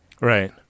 Right